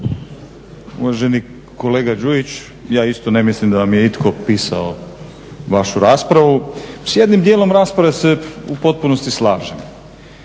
Uvaženi kolega Đujić, ja isto ne mislim da vam je itko pisao vašu raspravu. S jednim dijelom rasprave se u potpunosti slažem.